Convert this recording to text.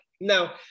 now